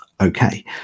Okay